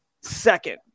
second